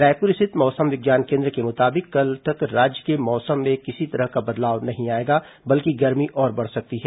रायपुर स्थित मौसम विज्ञान केन्द्र के मुताबिक कल तक राज्य के मौसम में किसी तरह का बदलाव नहीं आएगा बल्कि गर्मी और बढ़ सकती है